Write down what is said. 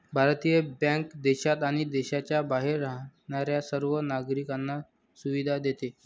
भारतीय बँक देशात आणि देशाच्या बाहेर राहणाऱ्या सर्व नागरिकांना सुविधा देते